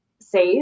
save